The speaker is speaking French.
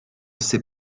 sais